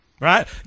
right